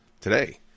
Today